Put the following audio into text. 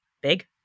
big